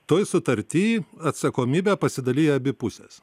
toj sutarty atsakomybę pasidalija abi pusės